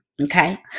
Okay